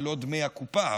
ולא דמי הקופה,